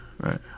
right